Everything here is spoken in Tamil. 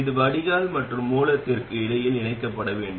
இது வடிகால் மற்றும் மூலத்திற்கு இடையில் இணைக்கப்பட வேண்டும்